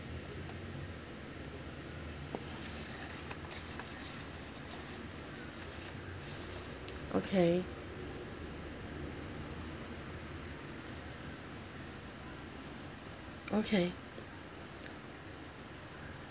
okay okay